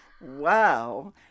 Wow